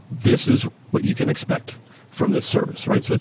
this is what you can expect from this service, right? so